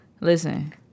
Listen